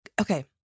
Okay